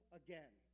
again